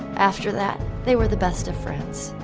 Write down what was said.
after that, they were the best of friends,